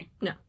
No